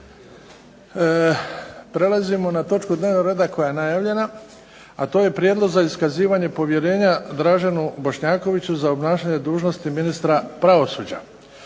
Prelazimo na točku dnevnog reda koja je najavljena, a to je - Prijedlog za iskazivanje povjerenja Draženu Bošnjakoviću za obnašanje dužnosti ministra pravosuđa